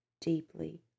deeply